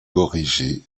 corriger